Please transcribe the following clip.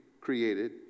created